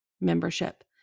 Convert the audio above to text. membership